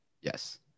Yes